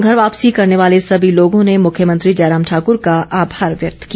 घर वापसी करने वाले सभी लोगों ने मुख्यमंत्री जयराम ठाकुर का आभार व्यक्त किया